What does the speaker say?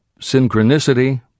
Synchronicity